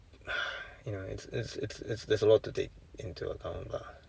you know it's it's it's it's there's a lot to take into account lah